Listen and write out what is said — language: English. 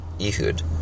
Ehud